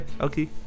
Okay